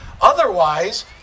Otherwise